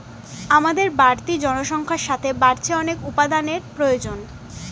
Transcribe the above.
আমাদের বাড়তি জনসংখ্যার সাথে বাড়ছে অনেক উপাদানের প্রয়োজন